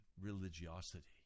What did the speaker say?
religiosity